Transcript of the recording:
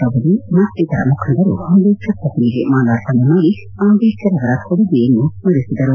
ಪ್ರಭುದೇವ್ ಇನ್ನಿತರ ಮುಖಂಡರು ಅಂಬೇಡರ್ ಪ್ರತಿಮೆಗೆ ಮಾಲಾರ್ಪಣೆ ಮಾಡಿ ಅಂಬೇಡರ್ ಅವರು ಕೊಡುಗೆಯನ್ನು ಸ್ತರಿಸಿದರು